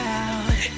out